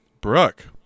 Brooke